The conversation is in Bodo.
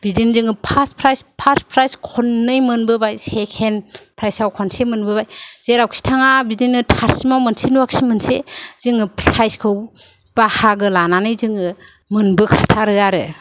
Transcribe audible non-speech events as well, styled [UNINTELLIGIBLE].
बिदिनो जोङो फार्स्ट प्राइज फार्स्ट प्राइज खननै मोनबोनाय सेकेन्द प्राइजआव खनसे मोनबोनाय जेरावखि थाङा बिदिनो [UNINTELLIGIBLE] सिमाव मोनसे नङादि मोनसे प्राइजखौ जोङो बाहागो लानानै मोनबो खाथारो आरो